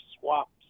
swaps